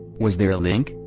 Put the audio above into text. was there a link?